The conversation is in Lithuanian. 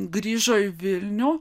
grįžo į vilnių